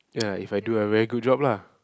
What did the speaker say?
ya if I do a very good job lah